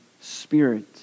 spirit